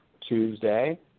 Tuesday